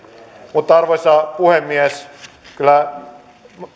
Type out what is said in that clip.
mutta arvoisa puhemies kyllä